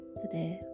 today